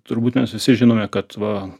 turbūt mes visi žinome kad va